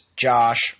Josh